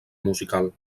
musical